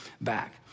back